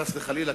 חס וחלילה,